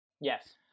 yes